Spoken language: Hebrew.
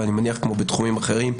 ואני מניח, כמו בתחומים אחרים,